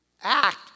act